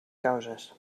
causes